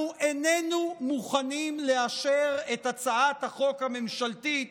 איננו מוכנים לאשר את הצעת החוק הממשלתית